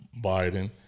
Biden